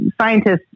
scientists